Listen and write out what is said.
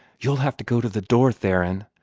you'll have to go to the door, theron!